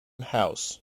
house